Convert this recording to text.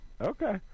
Okay